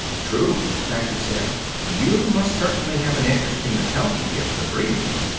true, thacher said. you must certainly have an interesting account to give, the three of you.